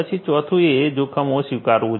પછી ચોથું એ જોખમો સ્વીકારવું છે